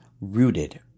rooted